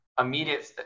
immediate